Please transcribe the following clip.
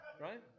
Right